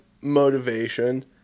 motivation